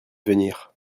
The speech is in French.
venir